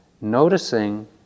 noticing